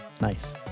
Nice